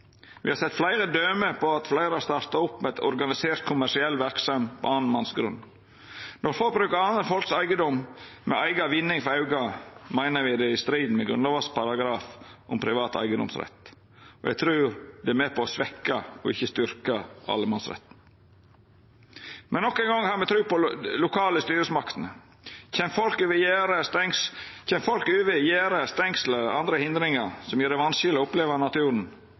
har sett fleire døme på at ein har starta opp med organisert kommersiell verksemd på annan manns grunn. Når folk brukar andre folks eigedom med eiga vinning for auget, meiner me det er i strid med grunnlovsparagrafen om privat eigedomsrett. Eg trur det er med på å svekkja og ikkje styrkja allemannsretten. Nok ein gong har me tru på dei lokale styresmaktene. Kjem folk over gjerde, stengsel og andre hindringar som gjer det vanskeleg å oppleva naturen,